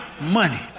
money